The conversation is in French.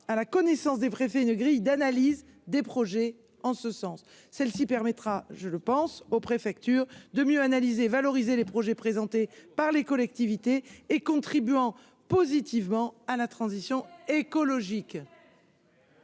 à la connaissance des préfets une grille d'analyse des projets en ce sens, celle-ci permettra, je le pense aux préfectures de mieux analyser valoriser les projets présentés par les collectivités et contribuant positivement à la transition écologique.